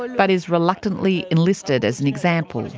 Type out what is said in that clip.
and but is reluctantly enlisted as an example.